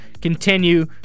continue